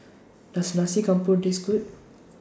Does Nasi Campur Taste Good